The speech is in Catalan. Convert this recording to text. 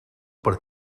per